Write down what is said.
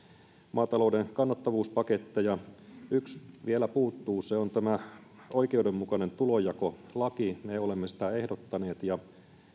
maatalouden kannattavuuspaketteja yksi vielä puuttuu ja se on oikeudenmukainen tulonjakolaki me olemme sitä ehdottaneet ja